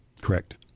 Correct